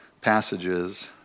passages